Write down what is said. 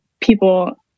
people